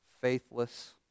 faithless